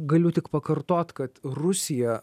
galiu tik pakartot kad rusija